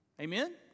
Amen